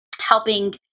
helping